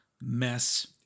mess